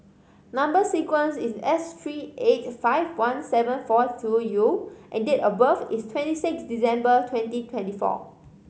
number sequence is S three eight five one seven four two U and date of birth is twenty six December twenty twenty four